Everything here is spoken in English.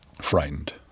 frightened